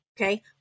okay